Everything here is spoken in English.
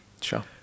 Sure